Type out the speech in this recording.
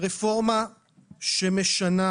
רפורמה שמשנה